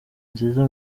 nziza